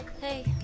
Hey